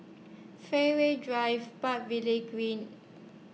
Fairways Drive Park Lee Green